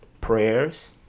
prayers